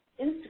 Instagram